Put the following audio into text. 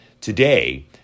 Today